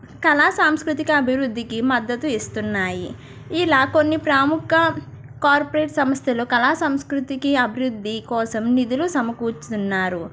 కళా సాంస్కృతిక అభివృద్ధికి మద్దతు ఇస్తున్నాయి ఇలా కొన్ని ప్రముఖ కార్పొరేట్ సంస్థలు కళా సంస్కృతికి అభివృద్ధి కోసం నిధులు సమకూర్చుతున్నారు